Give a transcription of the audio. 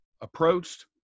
approached